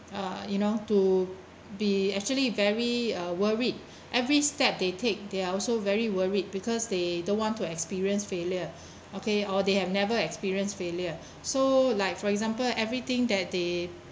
uh you know to be actually very uh worried every step they take they are also very worried because they don't want to experience failure okay or they have never experienced failure so like for example everything that they